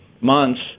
months